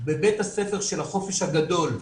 בבית הספר של החופש הגדול,